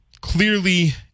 clearly